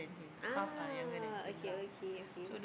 ah okay okay okay